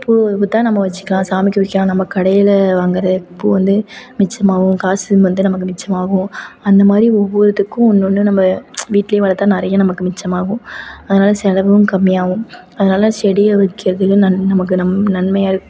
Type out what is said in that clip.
பூவை கொடுத்தா நம்ம வச்சுக்கலாம் சாமிக்கு வைக்கிலாம் நம்ம கடையில் வாங்கிற பூ வந்து மிச்சமாகவும் காசு வந்து நமக்கு மிச்சமாகும் அந்த மாதிரி ஒவ்வொருத்துக்கும் ஒன்று ஒன்று நம்ம வீட்லேயே வளர்த்தா நிறைய நமக்கு மிச்சமாகும் அதனால் சிலவும் கம்மியாகவும் அதனால் செடியை வைக்கிறதே நன் நமக்கு நன் நன்மையாக